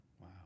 Wow